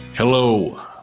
Hello